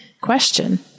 question